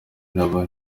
nabo